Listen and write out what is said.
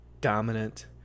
dominant